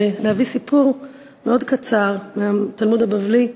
ולהביא סיפור מאוד קצר מהתלמוד הבבלי,